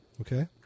okay